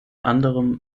anderem